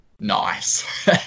Nice